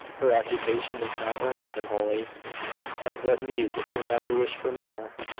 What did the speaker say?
her occupation is now earnest and holy and what need the true mother wish for more?